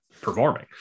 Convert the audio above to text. performing